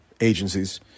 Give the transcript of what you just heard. agencies